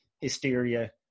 hysteria